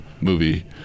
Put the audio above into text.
movie